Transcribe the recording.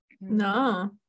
No